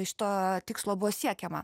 šito tikslo buvo siekiama